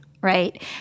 right